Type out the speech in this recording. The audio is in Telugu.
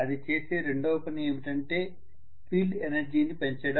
అది చేసే రెండవ పని ఏమిటంటే ఫీల్డ్ ఎనర్జీని పెంచడం